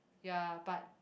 ya but